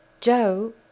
Joe